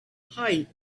height